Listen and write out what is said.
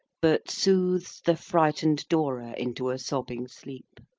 but soothes the frightened dora into a sobbing sleep.